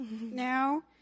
now